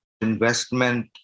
investment